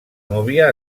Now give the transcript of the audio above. núvia